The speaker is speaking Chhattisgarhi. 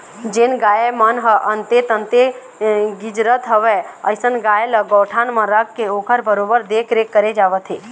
जेन गाय मन ह अंते तंते गिजरत हवय अइसन गाय ल गौठान म रखके ओखर बरोबर देखरेख करे जावत हे